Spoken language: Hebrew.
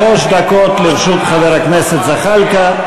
שלוש דקות לרשות חבר הכנסת זחאלקה,